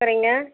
சரிங்க